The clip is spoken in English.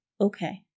Okay